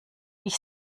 ich